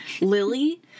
Lily